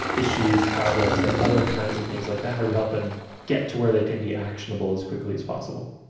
issues, projects, like other kinds of things like that. how do we help them get to where they can be actionable as quickly as sed